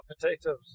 potatoes